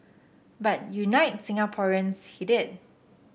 but unite Singaporeans he did